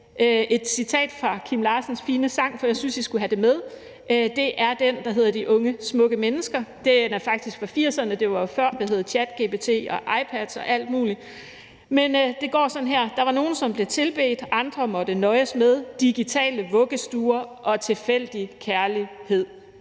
et citat fra Kim Larsens fine sang, for jeg syntes, I skulle have det med. Det er den, der hedder »De Smukke Unge Mennesker«. Den er fra 1980'erne, og det var før ChatGPT, iPads og alt muligt, og den går sådan her: »Der var nogen som blev tilbedt/andre måtte nøjes med/digitale vuggestuer/og tilfældig kærlighed«.